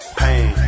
pain